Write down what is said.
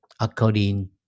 according